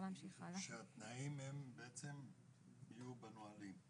שהתנאים הם בעצם יהיו בנהלים.